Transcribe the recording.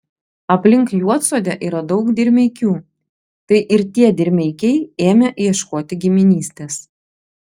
aplink juodsodę yra daug dirmeikių tai ir tie dirmeikiai ėmė ieškoti giminystės